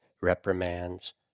reprimands